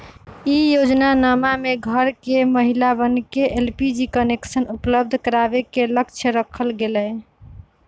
ई योजनमा में घर घर के महिलवन के एलपीजी कनेक्शन उपलब्ध करावे के लक्ष्य रखल गैले